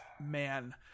man